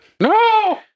No